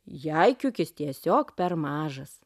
jei kiukis tiesiog per mažas